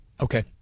Okay